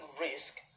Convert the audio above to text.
risk